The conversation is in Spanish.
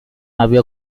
había